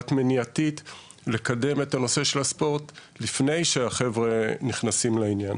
מניעתית לקדם את הנושא של הספורט לפני שהחבר'ה נכנסים לעניין